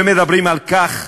ומדברים על כך